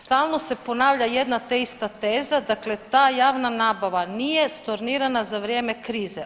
Stalno se ponavlja jedna te ista teza, dakle ta javna nabava nije stornirana za vrijeme krize.